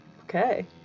okay